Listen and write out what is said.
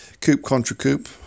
Coop-contra-coop